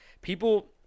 people –